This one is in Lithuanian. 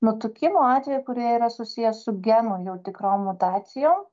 nutukimo atvejų kurie yra susiję su genų jau tikrom mutacijom